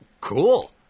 cool